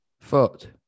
Foot